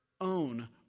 own